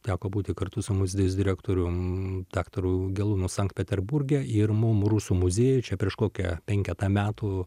teko būti kartu su muziejaus direktoriumi daktaru gelūnu sankt peterburge ir mum rusų muziejuj čia prieš kokią penketą metų